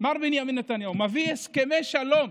מר בנימין נתניהו מביא הסכמי שלום.